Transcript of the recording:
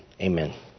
Amen